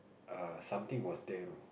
err something was there though